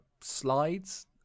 slides